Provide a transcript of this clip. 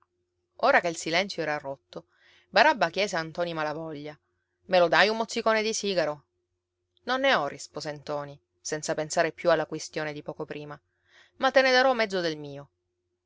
ora che il silenzio era rotto barabba chiese a ntoni malavoglia me lo dai un mozzicone di sigaro non ne ho rispose ntoni senza pensare più alla quistione di poco prima ma te ne darò mezzo del mio